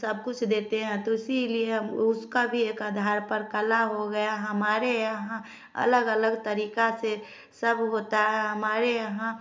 सब कुछ देते हैं तो इसलिए हम उसका भी एक आधार पर कला हो गया हमारे यहाँ अलग अलग तरीका से सब होता है हमारे यहाँ